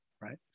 right